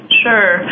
sure